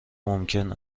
ممکن